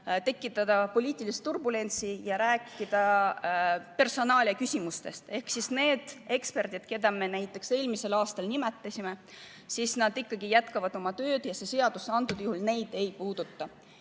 tekitada poliitilist turbulentsi ja rääkida personaaliaküsimustest. Ehk need eksperdid, keda me näiteks eelmisel aastal nimetasime, jätkavad oma tööd ja see seadus antud juhul neid ei puuduta.